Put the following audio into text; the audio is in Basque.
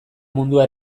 mundua